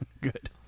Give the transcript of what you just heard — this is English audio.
Good